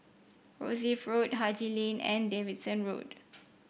Rosyth Road Haji Lane and Davidson Road